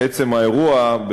לעצם האירוע,